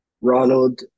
Ronald